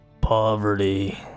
poverty